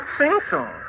sing-song